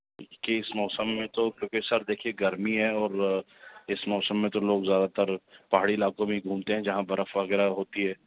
کہ اس موسم میں تو کیونکہ سر دیکھیے گرمی ہے اور اس موسم میں تو لوگ زیادہ تر پہاڑی علاقوں میں ہی گھومتے ہیں جہاں برف وغیرہ ہوتی ہے